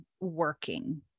working